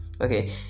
okay